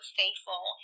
faithful